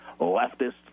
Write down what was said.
leftist